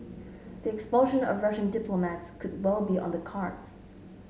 the expulsion of Russian diplomats could well be on the cards